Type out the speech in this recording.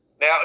Now